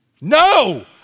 No